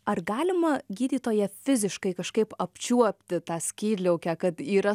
ar galima gydytoją fiziškai kažkaip apčiuopti tą skydliaukę kad yra